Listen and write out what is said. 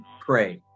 pray